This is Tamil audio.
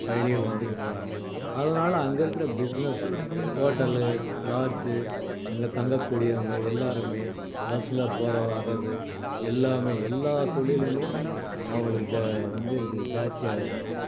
பயணிகள் வந்துட்டு போகிறாங்க அதனால அங்கே இருக்கிற பிஸ்னஸ்ஸு ஹோட்டலு லாட்ஜி அங்கே தங்கக்கூடியவங்க எல்லாருமே பஸ்ல போகிற வர்றது எல்லாமே எல்லா தொழிலுமே அவங்களுக்கு ஜ வந்து இது ஜாஸ்தி ஆகுதுங்க